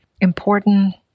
important